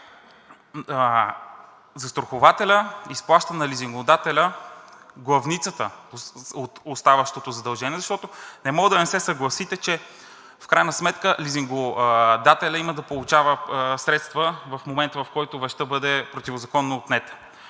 застрахователят изплаща на лизингодателя главницата от оставащото задължение, защото не може да не се съгласите, че в крайна сметка лизингодателят има да получава средства в момент, в който вещта бъде противозаконно отнета.